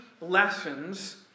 lessons